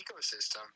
ecosystem